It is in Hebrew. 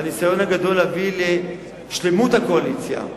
והניסיון הגדול להביא לשלמות הקואליציה,